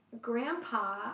grandpa